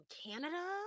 canada